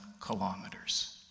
kilometers